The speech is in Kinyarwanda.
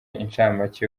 inshamake